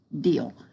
deal